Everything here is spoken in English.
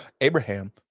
Abraham